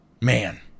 man